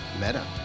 Meta